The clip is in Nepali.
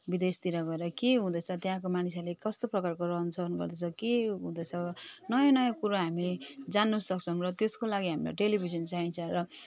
विदेशतिर गएर के हुँदैछ त्यहाँ मानिसहरूले कस्तो प्रकारको रहन सहन गर्दछ के हुँदछ नयाँ नयाँ कुरो हामी जान्नुसक्छौँ र त्यसको लागि हामीलाई टेलिभिजन चाहिन्छ र